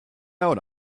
out